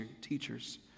teachers